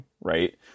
right